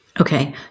Okay